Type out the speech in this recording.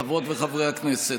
חברות וחברי הכנסת,